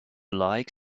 like